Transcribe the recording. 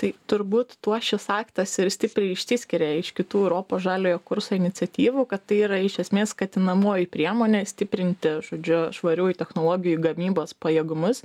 tai turbūt tuo šis aktas ir stipriai išsiskiria iš kitų europos žaliojo kurso iniciatyvų kad tai yra iš esmės skatinamoji priemonė stiprinti žodžiu švariųjų technologijų gamybos pajėgumus